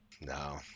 No